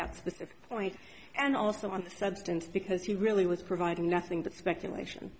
at this point and also on the substance because he really was providing nothing but speculation